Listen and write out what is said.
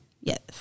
Yes